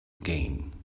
game